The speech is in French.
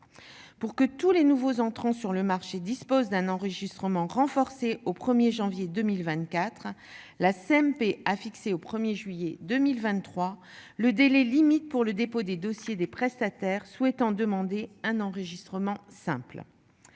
Pour que tous les nouveaux entrants sur le marché dispose d'un enregistrement renforcée au 1er janvier 2024. La CMP a fixé au 1er juillet 2023, le délai limite pour le dépôt des dossiers des prestataires souhaitant demander un enregistrement simple.